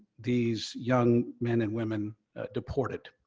these young men and women deported.